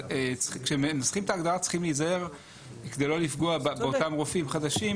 אז כשמנסחים את ההגדרה צריכים להיזהר כדי לא לפגוע באותם רופאים חדשים,